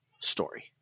story